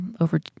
over